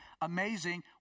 Amazing